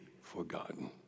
forgotten